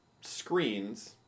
screens